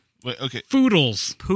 Foodles